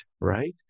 right